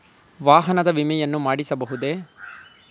ವಾಹನದ ವಿಮೆಯನ್ನು ಮಾಡಿಸಬಹುದೇ?